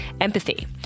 empathy